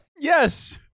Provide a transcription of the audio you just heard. yes